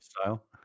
style